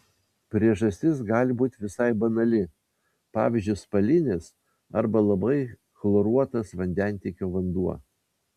priežastis gali būti visai banali pavyzdžiui spalinės arba labai chloruotas vandentiekio vanduo